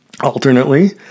Alternately